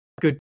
good